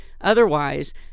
Otherwise